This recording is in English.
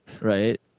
Right